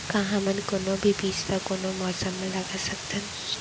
का हमन कोनो भी बीज ला कोनो मौसम म लगा सकथन?